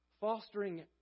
fostering